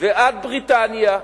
ועד בריטניה,